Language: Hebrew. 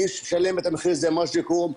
מי ששילם את המחיר זה מג'ד אל כרום.